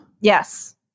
Yes